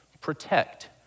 protect